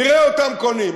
נראה אותם קונים.